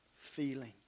feeling